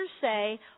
say